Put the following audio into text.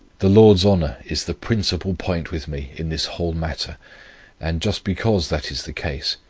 the lord's honour is the principal point with me in this whole matter and just because that is the case,